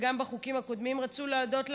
וגם בחוקים הקודמים רצו להודות לך,